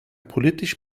politisch